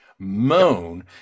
moan